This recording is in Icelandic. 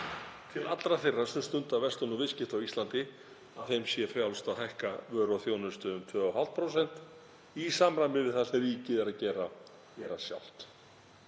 til allra þeirra sem stunda verslun og viðskipti á Íslandi, að þeim sé frjálst að hækka vöru og þjónustu um 2,5% í samræmi við það sem ríkið er að gera sjálft.